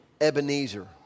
Ebenezer